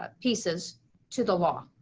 ah pieces to the law.